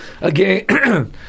Again